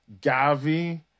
Gavi